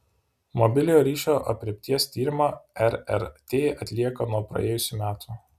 mobiliojo ryšio aprėpties tyrimą rrt atlieka nuo praėjusių metų